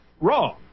wrong